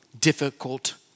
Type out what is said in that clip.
difficult